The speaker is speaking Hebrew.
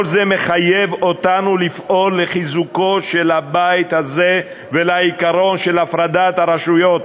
כל זה מחייב אותנו לפעול לחיזוק הבית הזה והעיקרון של הפרדת הרשויות,